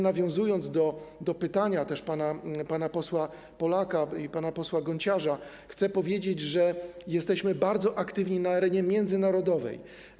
Nawiązując do pytania pana posła Polaka i pana posła Gonciarza, chcę powiedzieć, że jesteśmy bardzo aktywni na arenie międzynarodowej.